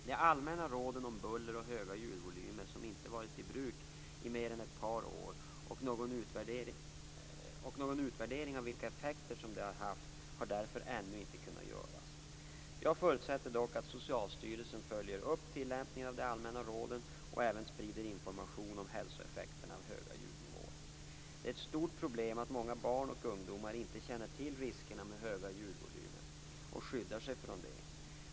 De allmänna råden om buller och höga ljudvolymer har inte varit i bruk i mer än ett par år, och någon utvärdering av vilka effekter som de har haft har därför ännu inte kunnat göras. Jag förutsätter dock att Socialstyrelsen följer upp tillämpningen av de allmänna råden och även sprider information om hälsoeffekterna av höga ljudnivåer. Det är ett stort problem att många barn och ungdomar inte känner till riskerna med höga ljudvolymer och skyddar sig från det.